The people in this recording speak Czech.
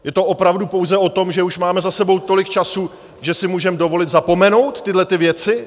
Je to opravdu pouze o tom, že už máme za sebou tolik času, že si můžeme dovolit zapomenout tyhlety věci?